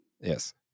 Yes